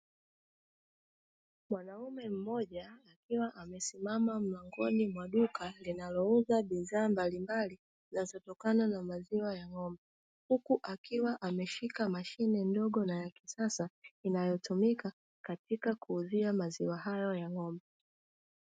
Mwanaume mmoja, akiwa amesimama mlangoni mwa duka linalo uza bidhaa mbalimbali, zinazo tokana na maziwa ya ng'ombe. Huku akiwa ameshika mashine ndogo na ya kisasa, inayotumika katika kuuzia maziwa hayo ya ng'ombe.